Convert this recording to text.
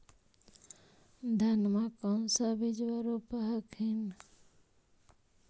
धनमा कौन सा बिजबा रोप हखिन?